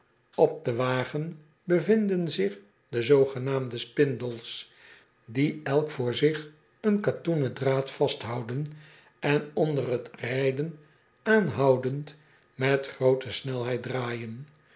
p den wagen bevinden zich de zoogenaamde spindels die elk voor zich een katoenen draad vasthouden en onder het rijden aanhoudend met groote snelheid draaijen